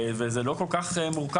זה לא כל כך מורכב,